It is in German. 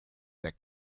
der